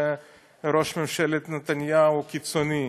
וראש הממשלה נתניהו קיצוני,